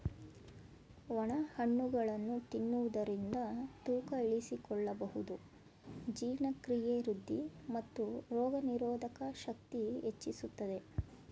ಒಣ ಹಣ್ಣುಗಳನ್ನು ತಿನ್ನುವುದರಿಂದ ತೂಕ ಇಳಿಸಿಕೊಳ್ಳುವುದು, ಜೀರ್ಣಕ್ರಿಯೆ ವೃದ್ಧಿ, ಮತ್ತು ರೋಗನಿರೋಧಕ ಶಕ್ತಿ ಹೆಚ್ಚಿಸುತ್ತದೆ